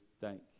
thank